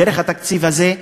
דרך התקציב הזה,